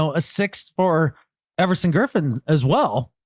so a six for ever sinned griffin as well,